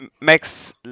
Max